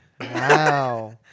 Wow